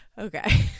Okay